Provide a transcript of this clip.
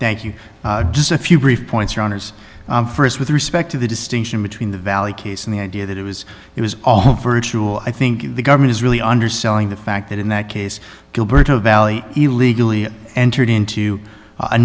thank you just a few brief points your honour's st with respect to the distinction between the valley case and the idea that it was it was virtual i think the government is really underselling the fact that in that case gilberto valley illegally entered into a